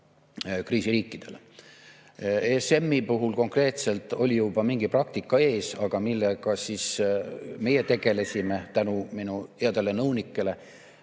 kriisiriikidele. ESM-i puhul konkreetselt oli juba mingi praktika ees, aga millega siis meie tegelesime? Tänu minu headele nõunikele